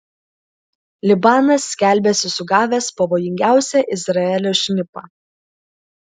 libanas skelbiasi sugavęs pavojingiausią izraelio šnipą